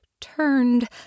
turned